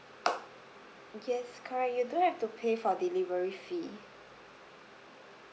yes correct you don't have to pay for delivery fee